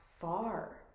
far